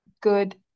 good